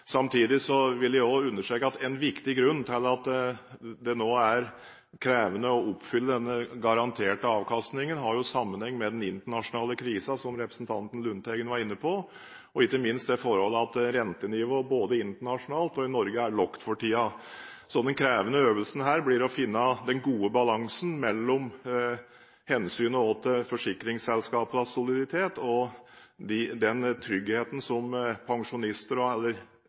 Samtidig vil jeg også understreke at en viktig grunn til at det nå er krevende å oppfylle denne garanterte avkastningen, har sammenheng med den internasjonale krisen, som representanten Lundteigen var inne på, og ikke minst det forhold at rentenivået både internasjonalt og i Norge er lavt for tiden. Så den krevende øvelsen her blir å finne den gode balansen mellom hensynet til forsikringsselskapenes soliditet og den tryggheten som pensjonister og